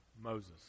Moses